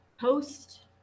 post